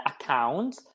account